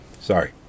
sorry